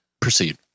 Proceed